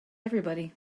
everybody